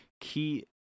key